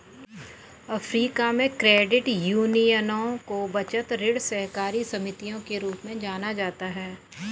Africa में, credit यूनियनों को बचत, ऋण सहकारी समितियों के रूप में जाना जाता है